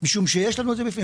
משום שיש לנו את זה בפנים".